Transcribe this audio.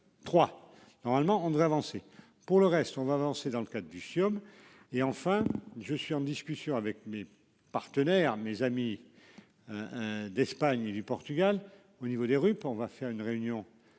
normalement André avancer. Pour le reste, on va lancer dans le cas du FIOM et enfin je suis en discussion avec mes partenaires, mes amis. Hein, hein d'Espagne et du Portugal au niveau des rues. On va faire une réunion